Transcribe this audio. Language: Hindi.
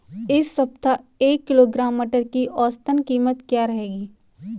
इस सप्ताह एक किलोग्राम मटर की औसतन कीमत क्या रहेगी?